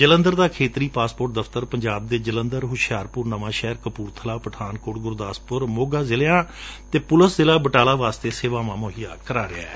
ਜਲੰਧਰ ਦਾ ਖੇਤਰੀ ਪਾਸਪੋਰਟ ਦਫ਼ਤਰ ਪੰਜਾਬ ਦੇ ਜਲੰਧਰ ਹੁਸ਼ਿਆਰਪੁਰ ਨਵਾਂਸ਼ਹਿਰ ਕਪੁਰਬਲਾ ਪਠਾਨਕੋਟ ਗੁਰਦਾਸਪੁਰ ਮੋਗਾ ਜ਼ਿਲਿਆਂ ਅਤੇ ਪੁਲਿਸ ਜ਼ਿਲਾ ਬਟਾਲਾ ਵਾਸਤੇ ਸੇਵਾਵਾਂ ਮੁਹੱਈਆ ਕਰਵਾਉਂਦਾ ਹੈ